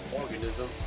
organism